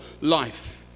life